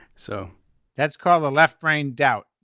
so that's called the left brain doubt.